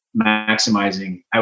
maximizing